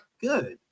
good